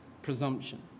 presumption